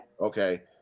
Okay